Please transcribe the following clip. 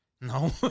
No